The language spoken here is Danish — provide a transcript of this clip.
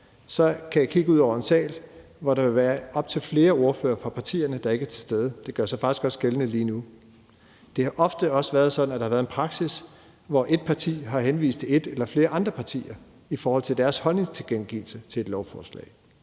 så kan jeg kigge ud over en sal, hvor der vil være op til flere ordførere fra partierne, der ikke er til stede. Det gør sig faktisk også gældende lige nu. Det har ofte også været sådan, at der har været en praksis, hvor et parti har henvist til et eller flere andre partier i forhold til deres holdningstilkendegivelse til et lovforslag.